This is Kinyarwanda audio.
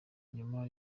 nyuma